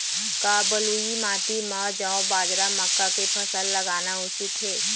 का बलुई माटी म जौ, बाजरा, मक्का के फसल लगाना उचित हे?